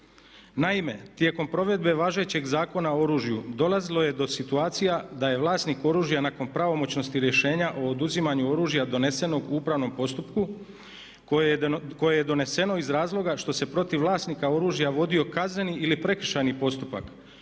Naime, tijekom provedbe važećeg Zakona o oružju dolazilo je do situacija da je vlasnik oružja nakon pravomoćnosti rješenja o oduzimanju oružja donesenog u upravnom postupku koje je doneseno iz razloga što se protiv vlasnika oružja vodio kazneni ili prekršajni postupak